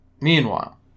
meanwhile